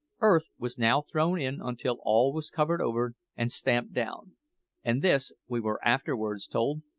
earth was now thrown in until all was covered over and stamped down and this, we were afterwards told,